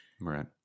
Right